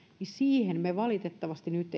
siihen me valitettavasti nyt